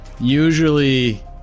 Usually